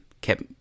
kept